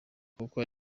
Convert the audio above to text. kuko